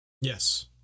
Yes